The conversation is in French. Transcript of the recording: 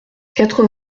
quatre